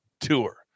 Tour